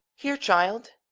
here, child,